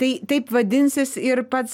tai taip vadinsis ir pats